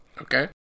okay